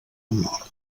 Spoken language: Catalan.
nord